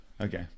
okay